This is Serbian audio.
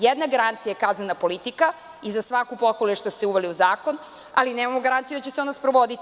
Jedna garancija je kaznena politika i za svaku pohvalu je što ste je uveli u zakon, ali nemamo garanciju da će se ona sprovoditi.